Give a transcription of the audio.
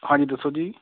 ਹਾਂਜੀ ਦੱਸੋ ਜੀ